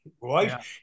right